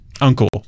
Uncle